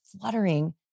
fluttering